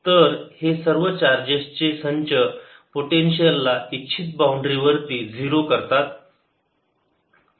तर हे सर्व चार्जेस चे संच पोटेन्शियल ला इच्छित बाउंड्री वरती 0 करतात